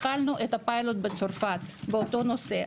התחלנו את הפילוט בצרפת באותו נושא.